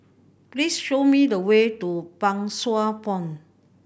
please show me the way to Pang Sua Pond